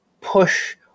push